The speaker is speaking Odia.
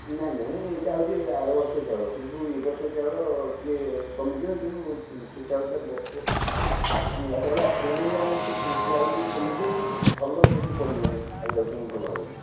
ନାଇଁ ନାଇଁ ଏଇଟା ହେଉଛି ଆର ବର୍ଷ ଚାଉଳ କିନ୍ତୁ ଏ ବର୍ଷ ଚାଉଳ ଟିକେ କମିଯିବ କିନ୍ତୁ ସେ ଚାଉଳଟା ନୂଆ ଚାଉଳ ଆସିଲାଣି କମିଯିବ କିନ୍ତୁ ଭଲ ସେ ଟିକେ ପଡ଼ିବନି ଖାଇବା ପାଇଁ ଭଲ ହେବନି